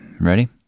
Ready